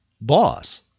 boss